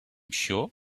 sure